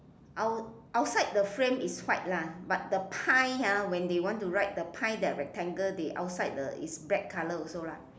out~ outside the frame is white lah but the pie ah when they want to write the pie that rectangle they outside is the black colour also lah